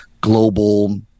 global